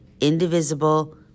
indivisible